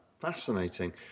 fascinating